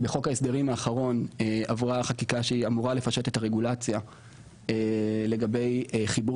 בחוק ההסדרים האחרון עברה חקיקה שהיא אמורה לפשט את הרגולציה לגבי חיבור